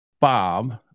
Bob